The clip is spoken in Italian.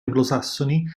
anglosassoni